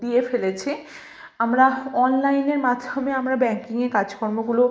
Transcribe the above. দিয়ে ফেলেছে আমরা অনলাইনের মাধ্যমে আমরা ব্যাংকিংয়ে কাজকর্মগুলো